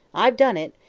i've done it,